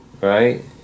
right